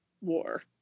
war